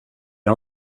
har